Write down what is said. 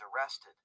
arrested